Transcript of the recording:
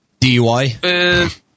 DUI